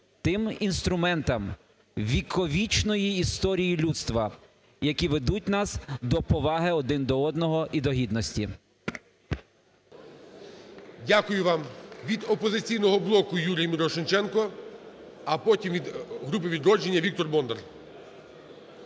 тим інструментом віковічної історії людства, які ведуть нас до поваги один до одного і до гідності. ГОЛОВУЮЧИЙ. Дякую вам. Від "Опозиційного блоку" – Юрій Мірошниченко, а потім від групи "Відродження" – Віктор Бондар.